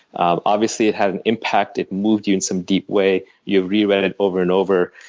ah obviously, it had an impact. it moved you in some deep way. you've reread it over and over.